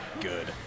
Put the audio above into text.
good